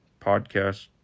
podcast